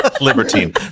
Libertine